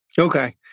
Okay